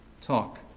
talk